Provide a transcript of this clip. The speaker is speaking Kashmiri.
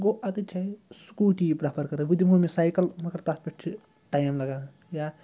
گوٚو اَدٕ سٕکوٗٹی یی پرٛٮ۪فَر کَران وۄنۍ دِمو أمِس سایکَل مگر تَتھ پٮ۪ٹھ چھِ ٹایم لَگان یا